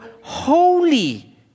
holy